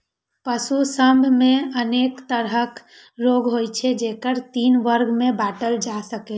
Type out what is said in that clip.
पशु सभ मे अनेक तरहक रोग होइ छै, जेकरा तीन वर्ग मे बांटल जा सकै छै